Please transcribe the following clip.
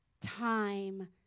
time